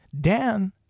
Dan